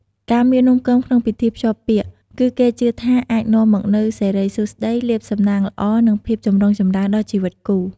ការមាននំគមក្នុងពិធីភ្ជាប់ពាក្យ គឺគេជឿថាអាចនាំមកនូវ សិរីសួស្ដី លាភសំណាងល្អ និងភាពចម្រុងចម្រើនដល់ជីវិតគូ។